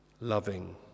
loving